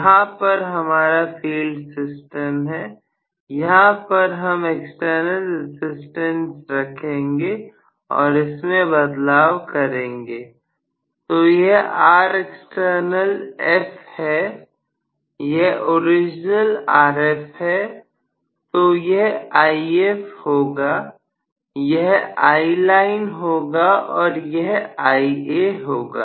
यहां पर हमारा फील्ड सिस्टम है यहां पर हम एक्सटर्नल रसिस्टेंस रखेंगे और इसमें बदलाव करेंगे तो यह Rexternalf है यह ओरिजिनल Rf है तो यह If होगा यह Iline होगा और यह Ia होगा